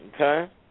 okay